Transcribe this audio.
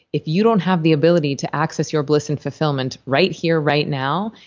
if you don't have the ability to access your bliss and fulfillment right here, right now,